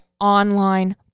online